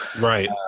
right